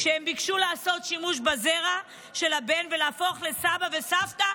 כשהם ביקשו לעשות שימוש בזרע של הבן ולהפוך לסבא וסבתא,